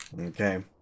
Okay